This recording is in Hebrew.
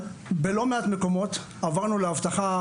בלא מעט מקומות עברנו לאבטחה,